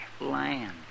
Land